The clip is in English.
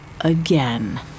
again